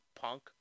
Punk